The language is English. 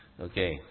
Okay